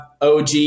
OG